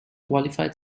qualified